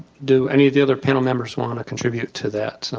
do any of the other panel members wanna contribute to that?